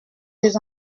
des